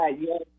yes